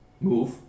Move